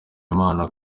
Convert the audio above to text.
impano